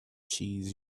cheese